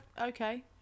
okay